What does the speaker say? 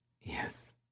yes